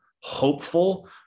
hopeful